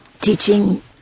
teaching